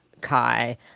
Kai